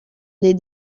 les